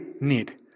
need